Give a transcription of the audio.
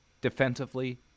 defensively